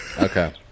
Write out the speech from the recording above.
Okay